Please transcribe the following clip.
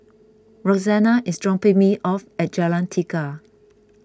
Roxana is dropping me off at Jalan Tiga